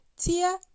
Tia